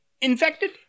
infected